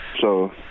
So-